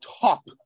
top